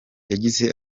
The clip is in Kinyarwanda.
yagize